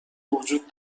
وجود